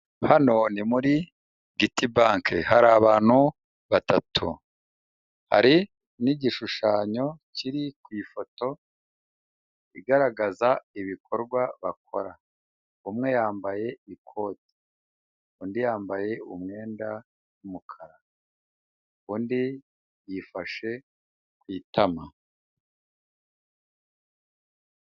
Hano ni muri giti banke, hari abantu batatu, hari n'igishushanyo kiri ku ifoto, igaragaza ibikorwa bakora. Umwe yambaye ikoti undi yambaye umwenda w'umukara undi yifashe ku itama.